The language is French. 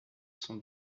sont